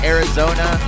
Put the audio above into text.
Arizona